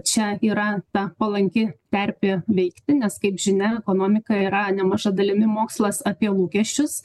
čia yra ta palanki terpė veikti nes kaip žinia ekonomika yra nemaža dalimi mokslas apie lūkesčius